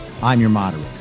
imyourmoderator